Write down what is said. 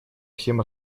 всем